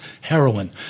Heroin